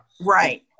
Right